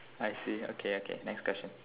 I see okay okay next question